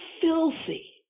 filthy